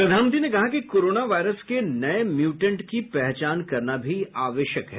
प्रधानमंत्री ने कहा कि कोरोना वायरस के नये म्यूटेंट की पहचान करना भी आवश्यक है